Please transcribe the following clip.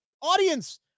audience